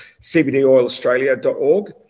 cbdoilaustralia.org